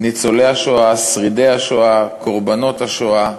ניצולי השואה, שרידי השואה, קורבנות השואה,